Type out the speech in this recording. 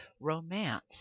romance